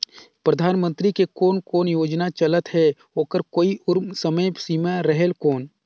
परधानमंतरी के कोन कोन योजना चलत हे ओकर कोई उम्र समय सीमा रेहेल कौन?